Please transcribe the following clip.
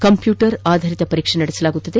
computer ಆಧಾರಿತ ಪರೀಕ್ಷೆ ನಡೆಸಲಾಗುವುದು